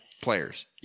players